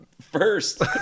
first